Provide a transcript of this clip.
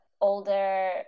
older